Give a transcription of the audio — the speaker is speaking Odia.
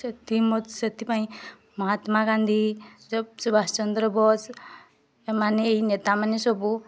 ସେଥି ମ ସେଥିପାଇଁ ମହାତ୍ମା ଗାନ୍ଧି ଜ ସୁବାଷ ଚନ୍ଦ୍ର ବୋଷ ଏମାନେ ଏଇ ନେତାମାନେ ସବୁ